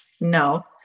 no